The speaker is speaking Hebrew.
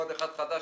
ועוד אחד חדש